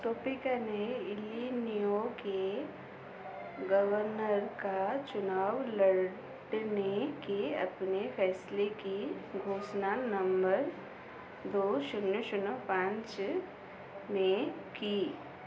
Topinka ने Illinois के governor का चुनाव लड़ने के अपने फैसले की घोषणा नवम्बर दो शून्य शून्य पाँच में की